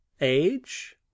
Age